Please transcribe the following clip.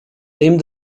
named